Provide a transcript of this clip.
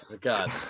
God